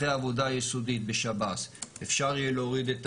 אחרי עבודה יסודית בשב"ס אפשר יהיה להוריד את